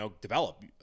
develop